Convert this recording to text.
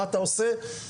בואו תראו מה זה עיר שנבנית,